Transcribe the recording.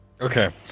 Okay